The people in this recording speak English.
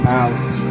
out